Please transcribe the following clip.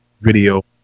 video